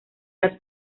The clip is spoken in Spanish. las